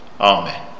Amen